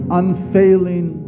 unfailing